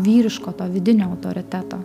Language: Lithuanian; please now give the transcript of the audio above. vyriško to vidinio autoriteto